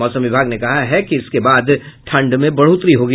मौसम विभाग ने कहा है कि इसके बाद ठंड में बढ़ोतरी होगी